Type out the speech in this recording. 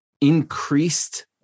increased